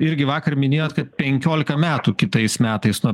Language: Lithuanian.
irgi vakar minėjot kad penkiolika metų kitais metais nuo